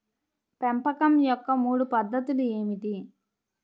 పెంపకం యొక్క మూడు పద్ధతులు ఏమిటీ?